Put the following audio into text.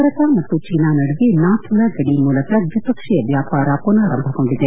ಭಾರತ ಮತ್ತು ಚೀನಾ ನಡುವೆ ನಾಥುಲಾ ಗಡಿ ಮೂಲಕ ದ್ವಿಪಕ್ಷೀಯ ವ್ಯಾಪಾರ ಪುನಾರಂಭಗೊಂಡಿದೆ